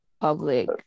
public